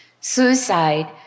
Suicide